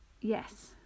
Yes